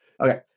Okay